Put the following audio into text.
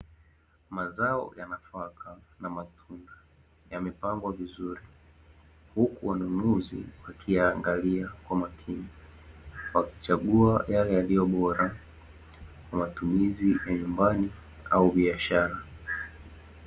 Mazao ya nafaka, na matunda, yamepangwa vizuri, huku wanunuzi wakiyaangalia kwa makini, wakichagua yale yalio bora, kwa matumizi ya nyumbani au biashara.